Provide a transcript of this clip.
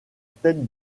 tête